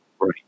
right